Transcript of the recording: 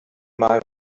mal